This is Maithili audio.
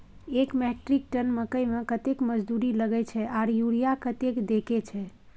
एक मेट्रिक टन मकई में कतेक मजदूरी लगे छै आर यूरिया कतेक देके छै?